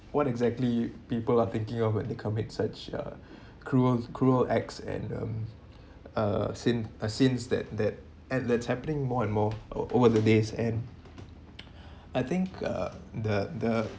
what exactly people are thinking of the commit such uh cruel cruel acts and um uh since uh since that that at that's happening more and more over the days and I think uh the the